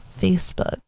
Facebook